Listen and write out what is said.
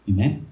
Amen